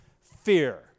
fear